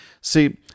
See